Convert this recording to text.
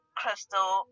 crystal